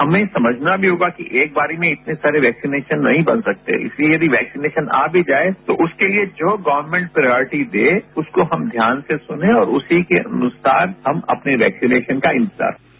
हमें समझना भी होगा कि एक बार में इतने वैक्सीनेशन नहीं बन सकते इस लिए वैक्सीनेशन आ भी जाये तो उसके लिए जो गर्वमेंट प्रॉयटी दे उसको ध्यान से सुनें और उसी के अनुसार हम अपने वैक्सीनेशन का इंतजार करें